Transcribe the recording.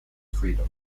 freedom